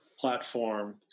platform